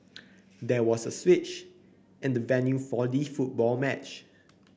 there was a switch in the venue for the football match